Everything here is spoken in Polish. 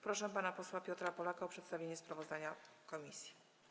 Proszę pana posła Piotra Polaka o przedstawienie sprawozdania komisji.